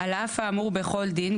על אף האמור בכל דין,